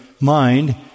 mind